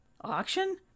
auction